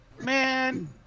man